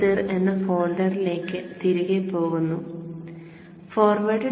cir എന്ന ഫോൾഡറിലേക്ക് തിരികെ പോകുന്നു ഫോർവേഡ്